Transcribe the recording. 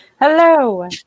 Hello